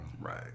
right